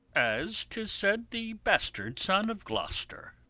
as tis said, the bastard son of gloster.